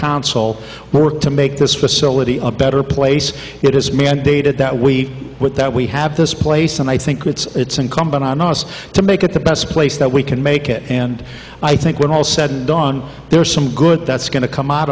console work to make this facility a better place it is mandated that we with that we have this place and i think it's incumbent on us to make it the best place that we can make it and i think when all's said and done there's some good that's going to come out